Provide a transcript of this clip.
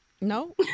no